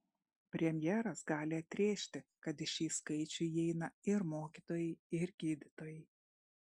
premjeras gali atrėžti kad į šį skaičių įeina ir mokytojai ir gydytojai